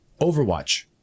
Overwatch